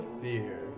Fear